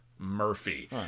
Murphy